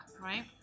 right